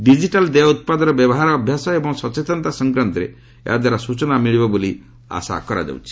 digital ଦେୟ ଉତ୍ପାଦର ବ୍ୟବହାର ଅଭ୍ୟାସ ଏବଂ ସଚେତନତା ସଂକ୍ରାନ୍ତରେ ଏହାଦ୍ୱାରା ସୂଚନା ମିଳିବ ବୋଲି ଆଶା କରାଯାଉଛି